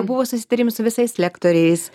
buvo susitarimas su visais lektoriais